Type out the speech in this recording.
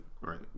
Right